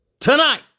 Tonight